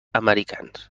americans